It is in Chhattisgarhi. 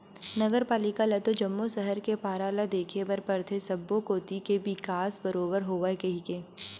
नगर पालिका ल तो जम्मो सहर के पारा ल देखे बर परथे सब्बो कोती के बिकास बरोबर होवय कहिके